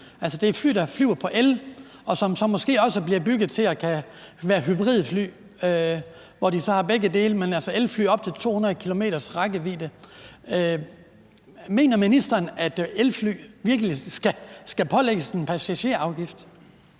Det er fly, der flyver på el, og som så måske også bliver bygget til at kunne være hybride fly, som har begge dele. Det er altså elfly med op til 200 km's rækkevidde. Mener ministeren, at elfly virkelig skal pålægges en passagerafgift?